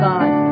God